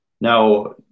Now